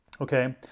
Okay